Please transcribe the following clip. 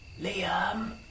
Liam